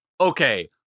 okay